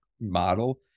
model